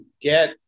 get